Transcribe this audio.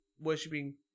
worshipping